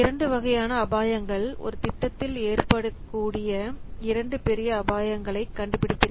இரண்டு வகையான அபாயங்கள் ஒரு திட்டத்தில் ஏற்படக்கூடிய இரண்டு பெரிய அபாயங்களை கண்டுபிடித்திருக்கிறது